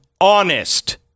honest